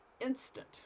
instant